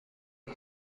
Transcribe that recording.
ورق